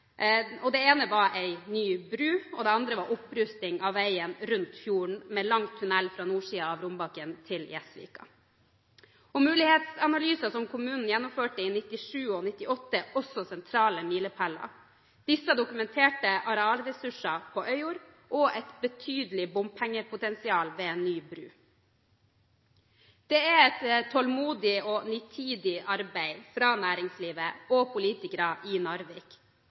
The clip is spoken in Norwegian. alternativer. Det ene var ny bru, og det andre var opprusting av veien rundt fjorden – med lang tunnel fra nordsiden av Rombaken til Gjesvik. Mulighetsanalyser som kommunen gjennomførte i 1997 og 1998 er også sentrale milepæler. Disse dokumenterte arealressursene på Øyjord og et betydelig bompengepotensial ved ny bru. Det er et tålmodig og nitid arbeid fra næringslivet og politikere i Narvik